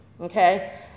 okay